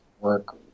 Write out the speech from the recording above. work